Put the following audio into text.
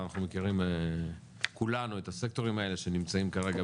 אנחנו מכירים כולנו את הסקטורים האלה שנמצאים כרגע